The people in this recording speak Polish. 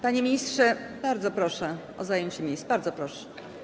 Panie ministrze, bardzo proszę o zajęcie miejsca, bardzo proszę.